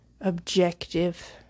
objective